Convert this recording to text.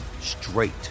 straight